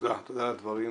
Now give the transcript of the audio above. תודה, תודה על הדברים.